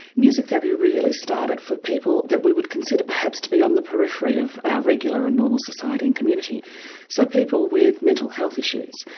music therapy really started for people that we would consider perhaps to be on the periphery of our regular and normal society and community so people with mental health issues,